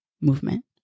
movement